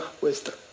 wisdom